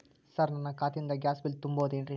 Sir ನನ್ನ ಖಾತೆಯಿಂದ gas bill ತುಂಬಹುದೇನ್ರಿ?